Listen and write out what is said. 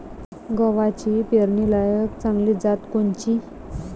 गव्हाची पेरनीलायक चांगली जात कोनची?